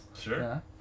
Sure